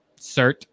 cert